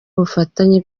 ubufatanye